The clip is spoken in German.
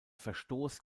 verstoß